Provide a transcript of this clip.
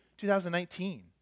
2019